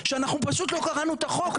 שאנחנו פשוט לא קראנו את החוק.